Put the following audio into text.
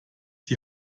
die